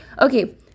okay